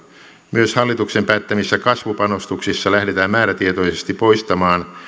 myös hallituksen päättämissä kasvupanostuksissa lähdetään määrätietoisesti poistamaan